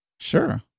sure